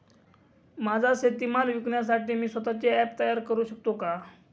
माझा शेतीमाल विकण्यासाठी मी स्वत:चे ॲप तयार करु शकतो का?